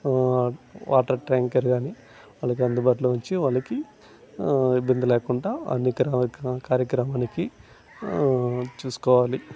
water tanker కానీ వాళ్ళకి అందుబాటులో ఉంచి వాళ్ళకి ఇబ్బంది లేకుండా అనేక రకాలైన కార్యక్రమాలకి చూసుకోవాలి